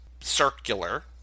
circular